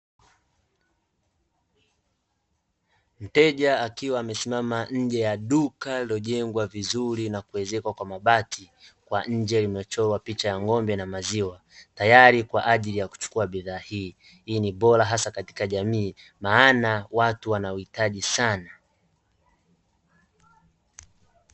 Mteja akiwa amesimama nje ya duka lililojengwa vizuri na kuezekwa kwa mabati, kwa nje limechorwa picha ya ng'ombe na maziwa tayari kwa ajili ya kuchukua bidhaa hii, hii ni bora hasa katika jamii maana watu wanauhitaji sana.